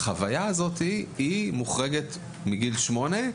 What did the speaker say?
החוויה הזו היא מוחרגת מגיל שמונה,